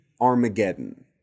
Armageddon